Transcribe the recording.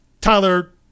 Tyler